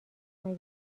مگه